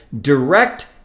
direct